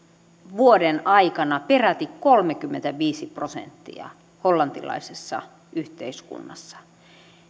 vuoden aikana peräti kolmekymmentäviisi prosenttia hollantilaisessa yhteiskunnassa